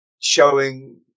showing